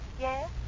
Yes